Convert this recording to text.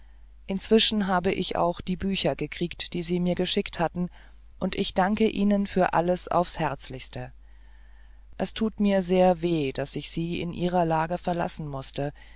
inzwischen habe ich auch die bücher gekriegt die sie mir geschickt hatten und ich danke ihnen für alles aufs herzlichste es tut mir sehr weh daß ich sie in ihrer lage verlassen mußte